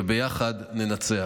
וביחד ננצח.